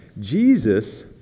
jesus